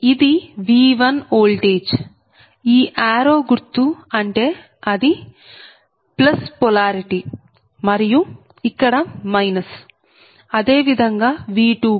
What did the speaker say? ఇది V1 voltage ఈ ఆరో గుర్తు అంటే అది పొలారిటీ మరియు ఇక్కడ అదే విధంగా V2 కు